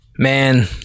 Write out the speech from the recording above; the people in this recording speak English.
Man